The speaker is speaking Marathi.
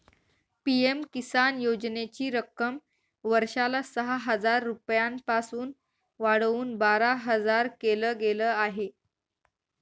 पी.एम किसान योजनेची रक्कम वर्षाला सहा हजार रुपयांपासून वाढवून बारा हजार केल गेलं आहे